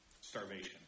starvation